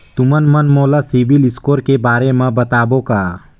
तुमन मन मोला सीबिल स्कोर के बारे म बताबो का?